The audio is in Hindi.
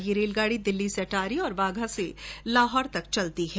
यह रेलगाड़ी दिल्ली से अटारी और वाघा से लाहौर तक चलती है